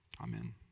Amen